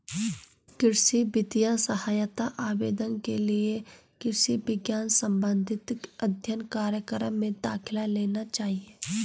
कृषि वित्तीय सहायता आवेदन के लिए कृषि विज्ञान संबंधित अध्ययन कार्यक्रम में दाखिला लेना चाहिए